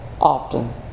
often